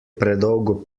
predolgo